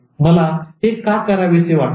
मला हे का करावेसे वाटत नाही